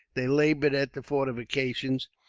they laboured at the fortifications,